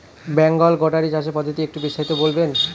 Bengal goatery চাষের পদ্ধতি একটু বিস্তারিত বলবেন?